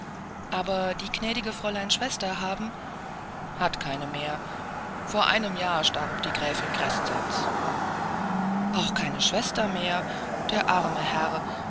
aber die gnädigen fräulein schwestern haben hat keine mehr vor einem jahre starb die gräfin crescenz auch keine schwester mehr der arme herr